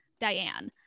Diane